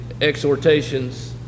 exhortations